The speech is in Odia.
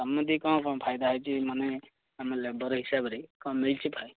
ତମ ଦେଇ କଣ କଣ ଫାଇଦା ହୋଇଛି ମାନେ ଆମ ଲେବର୍ ହିସାବରେ କଣ ଦେଇଛି ଫାଇ